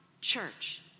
church